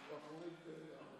בפעם הבאה יתקנו את זה.